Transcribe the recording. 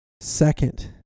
Second